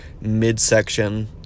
midsection